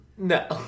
No